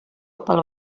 pel